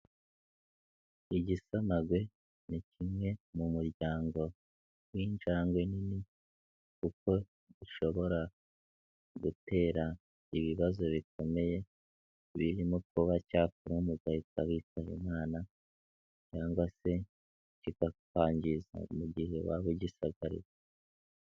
Igisamagwe ni kimwe mu muryango w'injangwe nini kuko gishobora gutera ibibazo bikomeye birimo kuba cyakuruma ugahita witaba Imana cyangwa se kikakwangiza mu gihe waba ugisagariye.